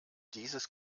dieses